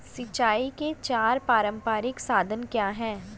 सिंचाई के चार पारंपरिक साधन क्या हैं?